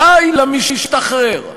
שי למשתחרר.